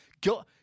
Go